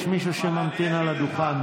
יש מישהו שממתין על הדוכן.